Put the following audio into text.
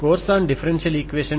మీకు తిరిగి స్వాగతం